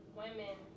women